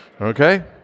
Okay